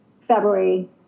February